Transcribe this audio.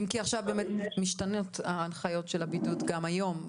אם כי עכשיו באמת משתנות ההנחיות של הבידוד גם היום.